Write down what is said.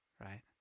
Right